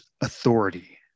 authority